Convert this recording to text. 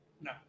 No